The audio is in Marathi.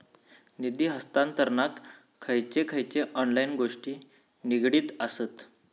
निधी हस्तांतरणाक खयचे खयचे ऑनलाइन गोष्टी निगडीत आसत?